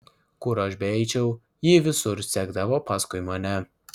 kur aš beeičiau ji visur sekdavo paskui mane